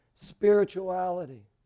spirituality